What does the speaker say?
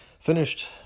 finished